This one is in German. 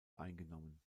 eingenommen